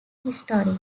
history